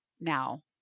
now